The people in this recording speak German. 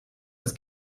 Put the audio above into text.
als